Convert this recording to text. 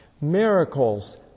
Miracles